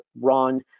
run